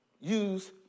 use